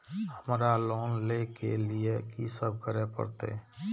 हमरा लोन ले के लिए की सब करे परते?